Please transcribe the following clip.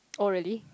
oh really